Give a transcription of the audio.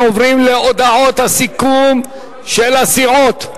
אנחנו עוברים להודעות הסיכום של הסיעות.